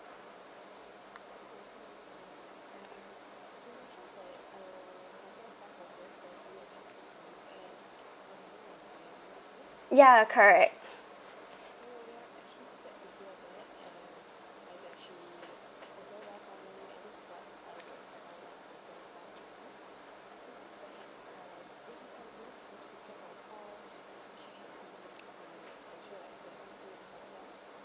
yeah correct